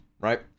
right